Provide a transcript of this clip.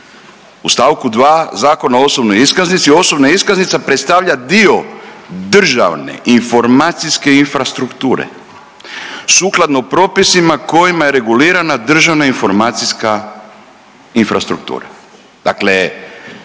U stavku 2. Zakona o osobnoj iskaznici osobna iskaznica predstavlja dio državne informacijske infrastrukture sukladno propisima kojima je regulirana državna informacijska infrastruktura.